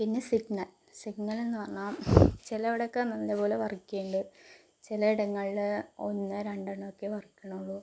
പിന്നെ signal signal എന്ന് പറഞ്ഞാൽ ചിലയിടം ഒക്കെ നല്ല പോലെ വർക്ക് ചെയ്യുന്നുണ്ട് ചിലയിടങ്ങളിൽ ഒന്ന് രണ്ടെണ്ണം ഒക്കെയേ വർക്ക് ചെയ്യുന്നുള്ളു